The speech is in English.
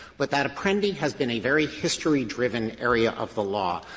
but that apprendi has been a very history-driven area of the law.